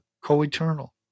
co-eternal